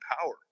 power